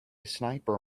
sniper